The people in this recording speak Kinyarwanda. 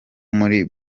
muri